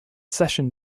session